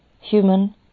Human